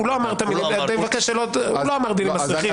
אני מבקש, הוא לא אמר דילים מסריחים.